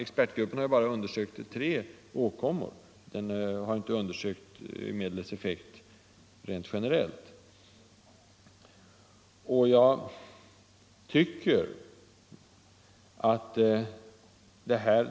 Expertgruppen har bara undersökt medlets effekt på tre åkommor och inte generellt.